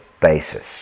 basis